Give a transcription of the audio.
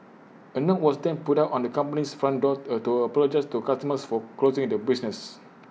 A note was then put up on the company's front door to apologise to customers for closing the business